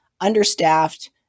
understaffed